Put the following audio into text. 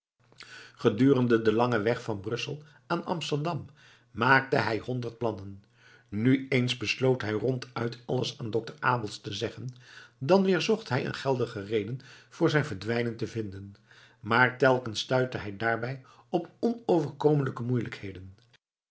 gedurende den langen weg van brussel aan amsterdam maakte hij honderd plannen nu eens besloot hij ronduit alles aan dokter abels te zeggen dan weer zocht hij een geldige reden voor zijn verdwijnen te vinden maar telkens stuitte hij daarbij op onoverkomelijke moeielijkheden